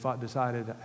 decided